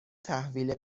تحویل